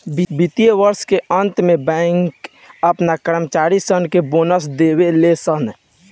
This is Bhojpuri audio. वित्तीय वर्ष के अंत में बैंक अपना कर्मचारी सन के बोनस देवे ले सन